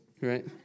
right